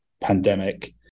pandemic